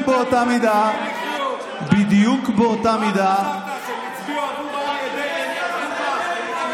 מה --- יותר מ-2 מיליון אזרחי מדינת ישראל